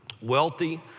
wealthy